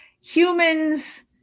humans